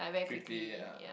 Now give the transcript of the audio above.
quickly ah